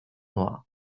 noirs